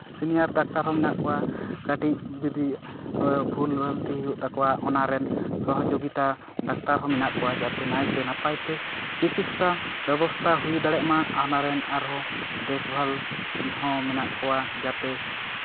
senior doctor ᱦᱚᱸ ᱢᱮᱱᱟᱜ ᱠᱚᱣᱟ ᱠᱟᱹᱴᱤᱡ ᱡᱩᱫᱤ ᱵᱷᱩᱞ ᱵᱷᱟᱨᱟᱱᱛᱤ ᱦᱩᱭᱩᱜ ᱛᱟᱠᱚᱣᱟ ᱚᱱᱟᱨᱮᱱ ᱥᱚᱦᱚᱡᱳᱜᱤᱛᱟ ᱰᱟᱠᱴᱟᱨ ᱦᱚᱸ ᱢᱮᱱᱟᱜ ᱠᱚᱣᱟ ᱡᱟᱛᱮ ᱱᱟᱭᱛᱮ ᱱᱟᱯᱟᱭᱛᱮ ᱪᱤᱠᱤᱛᱥᱟ ᱵᱮᱵᱚᱥᱛᱷᱟ ᱦᱩᱭ ᱫᱟᱲᱮᱭᱟᱜ ᱢᱟ ᱚᱱᱟ ᱨᱮᱱ ᱟᱨᱦᱚᱸ ᱫᱮᱠ ᱵᱷᱟᱞ ᱦᱚᱸ ᱢᱮᱱᱟᱜ ᱠᱚᱣᱟ ᱡᱟᱛᱮ